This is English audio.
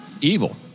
evil